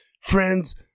Friends